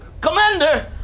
Commander